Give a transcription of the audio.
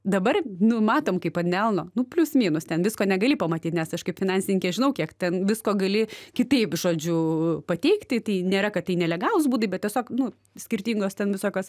dabar nu matom kaip ant delno nu plius minus ten visko negali pamatyt nes aš kaip finansininkė žinau kiek ten visko gali kitaip žodžiu pateikti tai nėra kad tai nelegalūs būdai bet tiesiog nu skirtingos ten visokios